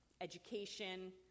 education